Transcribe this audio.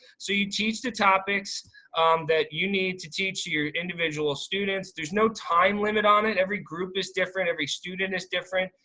so you teach the topics that you need to teach your individual students. there's no time limit on it. every group is different, every student is different.